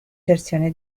versione